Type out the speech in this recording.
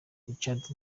richard